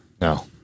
No